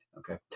Okay